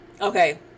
Okay